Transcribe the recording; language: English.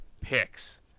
Picks